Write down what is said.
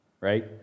right